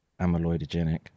amyloidogenic